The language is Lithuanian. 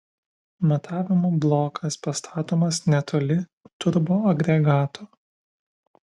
matavimo blokas pastatomas netoli turboagregato